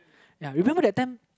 ya remember that time